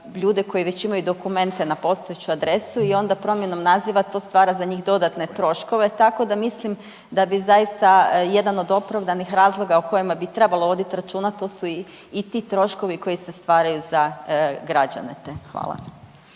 koji već imaju dokumente na postojeću adresu i onda promjenom naziva to stvara za njih dodatne troškove, tako da mislim da bi zaista jedan od opravdanih razloga o kojima trebalo voditi računa, to su i ti troškovi koji se stvaraju za građane te. Hvala.